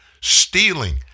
stealing